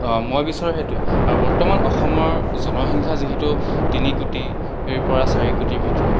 মই বিচাৰো সেইটোৱে আৰু বৰ্তমান অসমৰ জনসংখ্যা যিহেতু তিনি কোটিৰ পৰা চাৰি কোটিৰ ভিতৰত